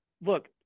look